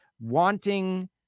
wanting